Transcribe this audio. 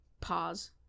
pause